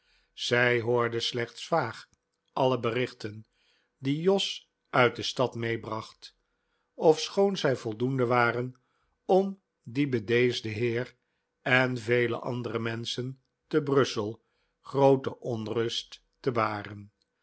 zij hoorde slechts vaag alle berichten die jos uit de stad meebracht ofschoon zij voldoende waren om dien bedeesden heer en vele andere menschen te brussel groote onrust te baren